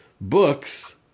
books